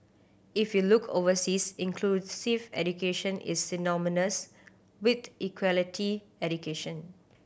if you look overseas inclusive education is synonymous with equality education